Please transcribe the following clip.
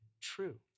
true